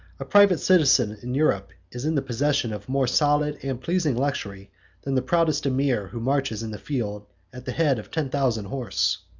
a private citizen in europe is in the possession of more solid and pleasing luxury than the proudest emir, who marches in the field at the head of ten thousand horse.